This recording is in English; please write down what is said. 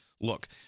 Look